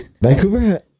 Vancouver